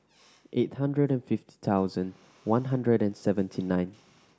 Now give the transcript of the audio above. eight hundred and fifty thousand one hundred and seventy nine